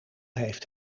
heeft